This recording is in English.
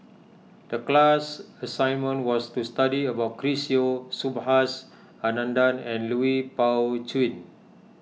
the class assignment was to study about Chris Yeo Subhas Anandan and Lui Pao Chuen